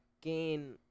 gain